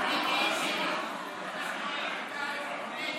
נגד ההצבעה.